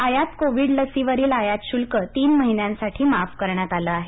आयात कोविड लसीवरील आयात शुल्क तीन महिन्यांसाठी माफ करण्यात आले आहे